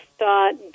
thought